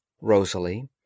Rosalie